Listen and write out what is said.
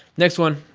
next one.